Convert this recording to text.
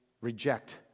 reject